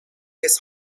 his